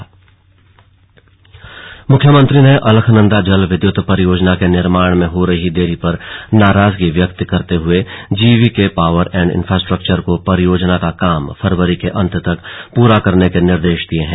slug CM बैठक मुख्यमंत्री ने अलकनंदा जल विद्युत परियोजना के निर्माण में हो रही देरी पर नाराजगी व्यक्त करते हुए जीवीके पावर एंड इफ्रास्ट्रक्चर को परियोजना का काम फरवरी के अंत तक पूरा करने के निर्देश दिए हैं